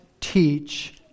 teach